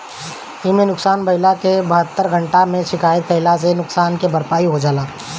इमे नुकसान भइला पे बहत्तर घंटा में शिकायत कईला से नुकसान के भरपाई हो जाला